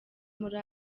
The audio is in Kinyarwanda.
muri